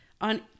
on